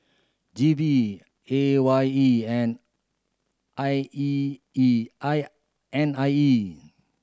G V A Y E and I E E I and N I E